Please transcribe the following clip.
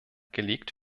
gelegt